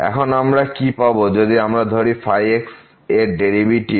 এখন আমরা কী পাব যদি আমরা ধরি ϕ এর ডেরিভেটিভ